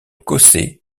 cossé